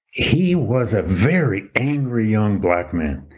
he was a very angry young black man,